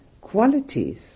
qualities